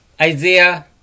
Isaiah